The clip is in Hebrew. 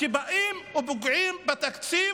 ובאים ופוגעים בתקציב,